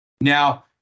Now